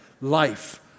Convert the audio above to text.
life